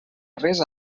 res